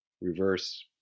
reverse